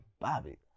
Bobby